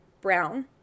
brown